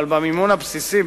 אבל במימון הבסיסי,